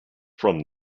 from